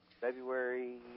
February